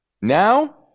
Now